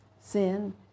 sin